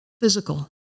physical